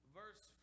verse